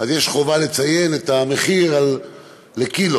שיש חובה לציין את המחיר לקילו.